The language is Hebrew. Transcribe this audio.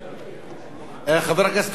חבר הכנסת רותם, בבקשה, אדוני.